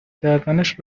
کردنش